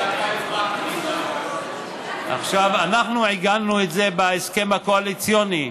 אנחנו עיגנו את זה בהסכם הקואליציוני,